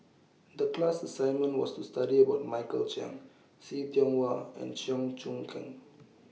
The class assignment was to study about Michael Chiang See Tiong Wah and Cheong Choong Kong